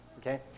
okay